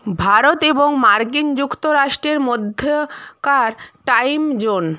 ভারত এবং মার্কিন যুক্তরাষ্ট্রের মধ্যে কার টাইম জোন